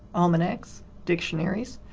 almanacs, dictionaries,